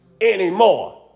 anymore